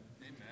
Amen